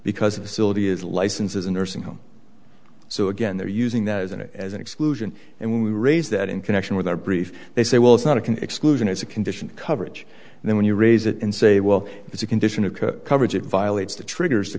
because of sylvia's license as a nursing home so again they're using that as an as an exclusion and we raise that in connection with our brief they say well it's not a can exclusion it's a condition coverage and then when you raise it and say well it's a condition of coverage it violates the triggers the